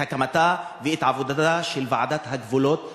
הקמתה ואת עבודתה של ועדת הגבולות החדשה.